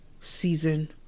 season